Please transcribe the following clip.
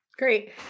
Great